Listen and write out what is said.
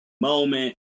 moment